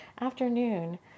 afternoon